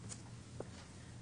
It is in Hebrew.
בבקשה.